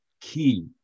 key